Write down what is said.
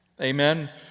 Amen